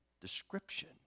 description